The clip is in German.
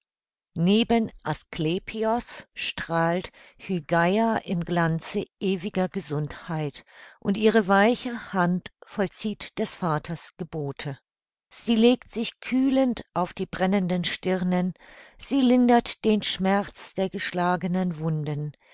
asklepios strahlt hygeia im glanze ewiger gesundheit und ihre weiche hand vollzieht des vaters gebote sie legt sich kühlend auf die brennenden stirnen sie lindert den schmerz der geschlagenen wunden